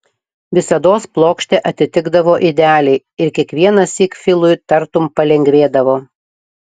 visados plokštė atitikdavo idealiai ir kiekvienąsyk filui tartum palengvėdavo